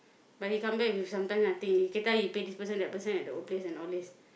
but he come back he will sometimes I think later he pay this person at the old place and all these